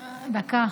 דקה.